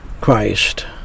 Christ